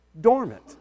dormant